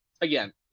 again